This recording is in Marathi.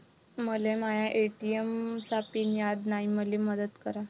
मले माया ए.टी.एम चा पिन याद नायी, मले मदत करा